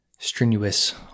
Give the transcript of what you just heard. strenuous